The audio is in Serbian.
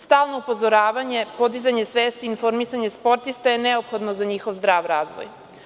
Stalno upozoravanje, podizanje svesti i informisanje sportista je neophodno za njihov zdrav razvoj.